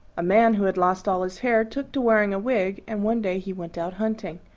a man who had lost all his hair took to wearing a wig, and one day he went out hunting.